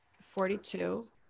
Forty-two